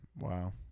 wow